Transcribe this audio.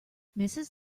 mrs